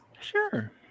Sure